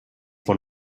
von